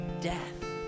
Death